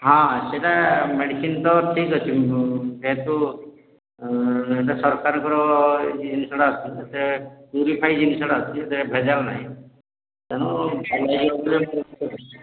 ହଁ ସେଇଟା ମେଡ଼ିସିନ୍ ତ ଠିକ୍ ଅଛି ଯେହେତୁ ଏଇଟା ସରକାରଙ୍କର ଜିନିଷଟା ଆସଛି ସେ ପ୍ୟୁରିଫାଇ ଜିନିଷଟା ଅଛି ସେ ଭେଜାଲ୍ ନାହିଁ ତେଣୁ